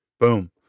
boom